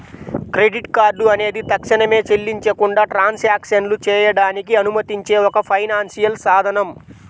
credit card అనేది తక్షణమే చెల్లించకుండా ట్రాన్సాక్షన్లు చేయడానికి అనుమతించే ఒక ఫైనాన్షియల్ సాధనం